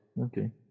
Okay